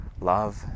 love